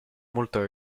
molto